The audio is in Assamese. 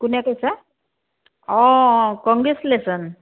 কোনে কৈছা অঁ কংগ্ৰেচুলেশ্যন